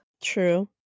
True